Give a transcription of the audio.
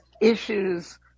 issues